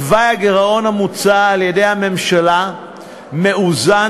תוואי הגירעון המוצע על-ידי הממשלה מאוזן